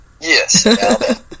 yes